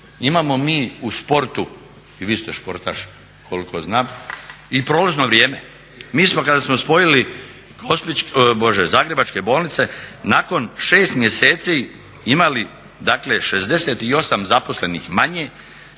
imamo mi u sportu i vi ste sportaš koliko znam, i prolazno vrijeme. Mi smo kada smo spojili zagrebačke bolnice nakon 6 mjeseci imali 68 zaposlenih manje,